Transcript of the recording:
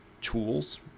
tools